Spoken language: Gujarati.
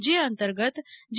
જે અંતર્ગત જી